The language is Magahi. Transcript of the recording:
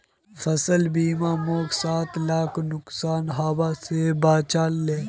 फसल बीमा मोक सात लाखेर नुकसान हबा स बचा ले